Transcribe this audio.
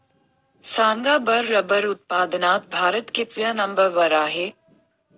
सांगा बरं रबर उत्पादनात भारत कितव्या नंबर वर आहे?